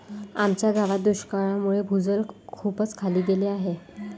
आमच्या गावात दुष्काळामुळे भूजल खूपच खाली गेले आहे